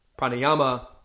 Pranayama